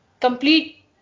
complete